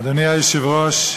אדוני היושב-ראש,